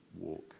walk